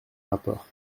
rapport